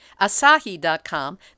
Asahi.com